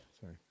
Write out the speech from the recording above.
Sorry